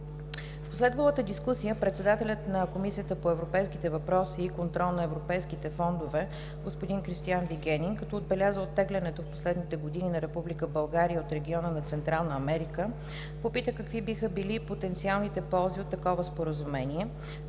В последвалата дискусия председателят на Комисията по европейските въпроси и контрол върху европейските фондове господин Кристиан Вигенин, като отбеляза оттеглянето в последните години на Република България от региона на Централна Америка, попита какви биха били потенциалните ползи от такова споразумение,